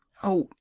oh,